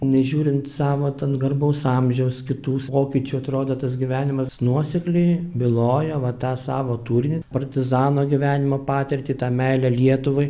nežiūrint savo ten garbaus amžiaus kitų pokyčių atrodo tas gyvenimas nuosekliai byloja va tą savo tūrinį partizano gyvenimo patirtį tą meilę lietuvai